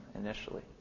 initially